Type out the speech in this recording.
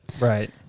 right